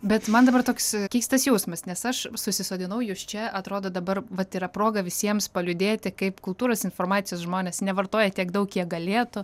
bet man dabar toks keistas jausmas nes aš susisodinau jus čia atrodo dabar vat yra proga visiems paliūdėti kaip kultūros informacijos žmonės nevartoja tiek daug kiek galėtų